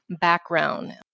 background